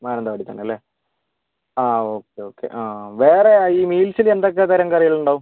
മാനന്തവാടി തന്നെ അല്ലേ ആ ഓക്കെ ഓക്കെ ആ വേറെ ഈ മീൽസിൽ എന്തൊക്കെ തരം കറികളുണ്ടാവും